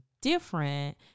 different